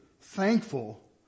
Thankful